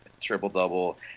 triple-double